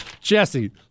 Jesse